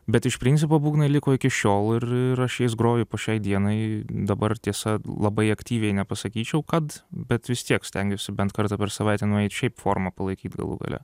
bet iš principo būgnai liko iki šiol ir ir aš jais groju po šiai dienai dabar tiesa labai aktyviai nepasakyčiau kad bet vis tiek stengiuosi bent kartą per savaitę nueit šiaip formą palaikyt galų gale